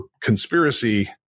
conspiracy